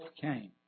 came